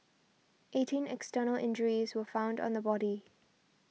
eighteen external injuries were found on the body